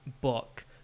book